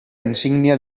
insígnia